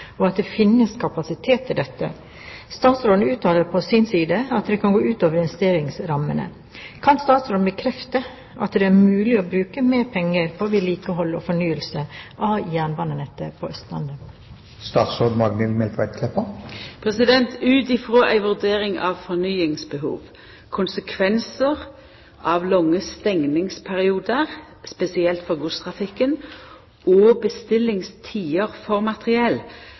og at det finnes kapasitet til dette. Statsråden uttaler på sin side at det kan gå ut over investeringsrammene. Kan statsråden bekrefte at det er mulig å bruke mer penger på vedlikehold og fornyelse av jernbanenettet på Østlandet?» Ut frå ei vurdering av fornyingsbehov, konsekvensar av lange stengingsperiodar, spesielt for godstrafikken, og bestillingstider for materiell